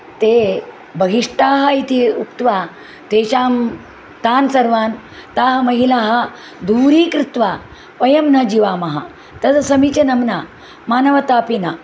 ते बहिष्ठाः इति उक्त्वा तेषां तान् सर्वान् ताः महिलाः दूरीकृत्वा वयं न जीवामः तद् समीचीनं न मानवतापि न